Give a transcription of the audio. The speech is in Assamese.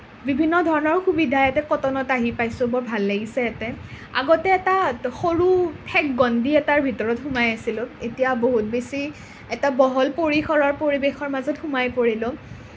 বিভিন্ন ধৰণৰ সুবিধা এটা কটনত আহি পাইছোঁ বৰ ভাল লাগিছে ইয়াতে আগতে এটা সৰু ঠেক গণ্ডী এটাৰ ভিতৰত সোমাই আছিলোঁ এতিয়া বহুত বেছি এটা বহল পৰিসৰৰ পৰিৱেশৰ মাজত সোমাই পৰিলোঁ